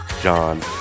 John